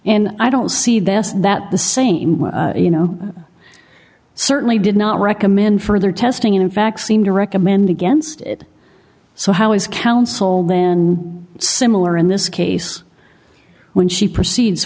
and i don't see this that the same you know certainly did not recommend further testing in fact seem to recommend against it so how is council then similar in this case when she proceeds